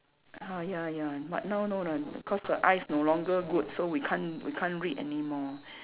ah ya ya but now no lah cause the eyes no longer good so we can't we can't read anymore